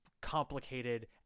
complicated